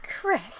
Chris